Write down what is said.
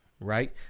right